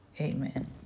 Amen